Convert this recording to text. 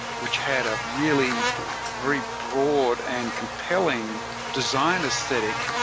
which had a really very broad and compelling design aesthetic,